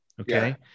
okay